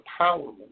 empowerment